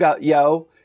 yo